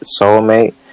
soulmate